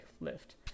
lift